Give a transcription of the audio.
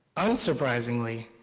unsurprisingly,